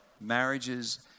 marriages